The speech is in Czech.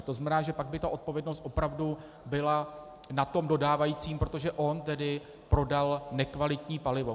To znamená, že pak by odpovědnost opravdu byla na tom dodávajícím, protože on prodal nekvalitní palivo.